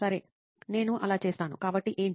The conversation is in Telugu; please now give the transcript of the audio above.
సరే నేను అలా చేస్తాను కాబట్టి ఏంటి